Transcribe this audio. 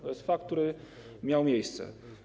To jest fakt, który miał miejsce.